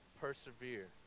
persevere